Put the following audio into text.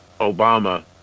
Obama